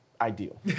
ideal